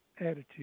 attitude